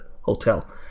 hotel